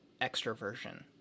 extroversion